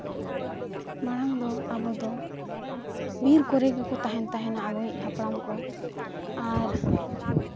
ᱢᱟᱲᱟᱝ ᱫᱚ ᱟᱵᱚ ᱫᱚ ᱵᱤᱨ ᱠᱚᱨᱮ ᱜᱮᱠᱚ ᱛᱟᱦᱮᱱ ᱛᱟᱦᱮᱸᱜ ᱟᱵᱚᱨᱮᱱ ᱦᱟᱯᱲᱟᱢ ᱠᱚ ᱟᱨ